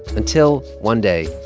until one day,